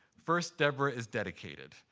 first, deborah is dedicated.